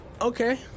Okay